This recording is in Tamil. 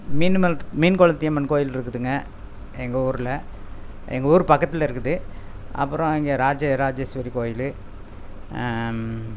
மீன்னு மல்த் மீன் குளத்தி அம்மன் கோவில்ருக்குதுங்க எங்கள் ஊரில் எங்கள் ஊர் பக்கத்தில் இருக்குது அப்புறோம் இங்கே ராஜ ராஜேஸ்வரி கோவிலு